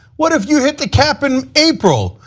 what if you had the cap in april?